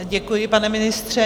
Děkuji, pane ministře.